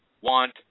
want